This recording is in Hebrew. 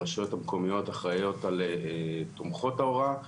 הרשויות המקומיות אחראיות על תומכות ההוראה,